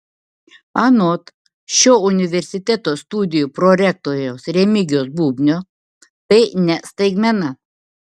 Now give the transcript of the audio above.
anot šio universiteto studijų prorektoriaus remigijaus bubnio tai ne staigmena